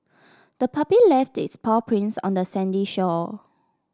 the puppy left its paw prints on the sandy shore